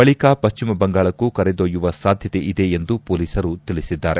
ಬಳಿಕ ಪಶ್ಚಿಮ ಬಂಗಾಳಕ್ಕೂ ಕರೆದೊಯ್ಯುವ ಸಾಧ್ಯತೆ ಇದೆ ಎಂದು ಪೊಲೀಸರು ತಿಳಿಸಿದ್ದಾರೆ